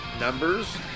numbers